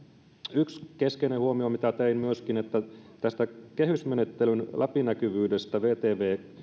yksi keskeinen huomio minkä myöskin tein tästä kehysmenettelyn läpinäkyvyydestä vtv